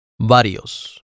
varios